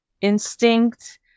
instinct